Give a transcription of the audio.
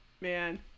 man